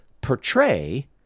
portray